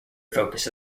focus